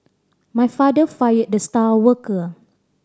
my father fired the star worker